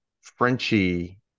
Frenchie